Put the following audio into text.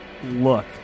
Look